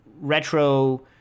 retro